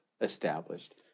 established